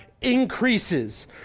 increases